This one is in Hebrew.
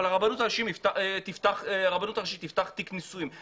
אבל הרבנות הראשית תפתח תיק נישואין.